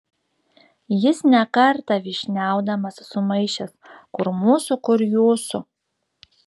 jis ne kartą vyšniaudamas sumaišęs kur mūsų kur jūsų